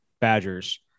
Badgers